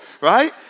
right